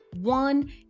one